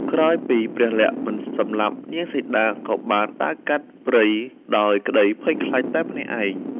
ក្រោយពីព្រះលក្សណ៍មិនសម្លាប់ នាងសីតាក៏បានដើរកាត់ព្រៃដោយក្តីភ័យខ្លាចតែម្នាក់ឯង។